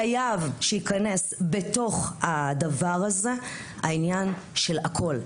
חייב שייכנס בתוך הדבר הזה העניין של הכול,